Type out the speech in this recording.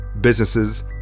businesses